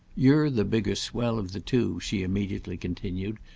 you're the bigger swell of the two, she immediately continued,